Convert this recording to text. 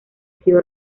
sido